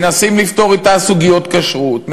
מנסים לפתור אתה סוגיות כשרות,